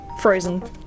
Frozen